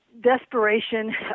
desperation